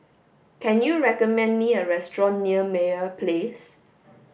can you recommend me a restaurant near Meyer Place